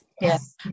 Yes